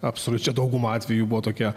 absoliučia dauguma atvejų buvo tokie